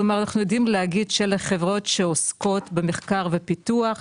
כלומר אנחנו יודעים להגיד שאלה חברות שעוסקות במחקר ופיתוח,